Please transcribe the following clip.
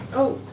oh.